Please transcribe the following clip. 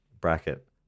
Bracket